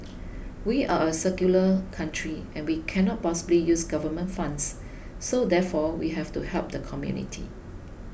we are a secular country and we cannot possibly use government funds so therefore we have to help the community